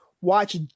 watch